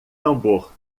tambor